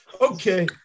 Okay